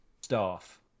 staff